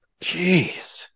jeez